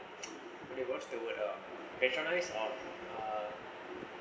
okay what's the word uh patronize or